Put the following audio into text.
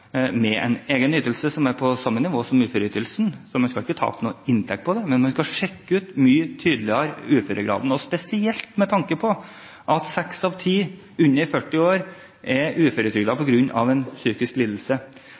med en egen ytelse som er på samme nivå som uføreytelsen. Man skal ikke tape inntekt på det, men man skal sjekke ut uføregraden mye tydeligere, spesielt med tanke på at seks av ti under 40 år er uføretrygdede på grunn av en psykisk lidelse.